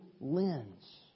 lens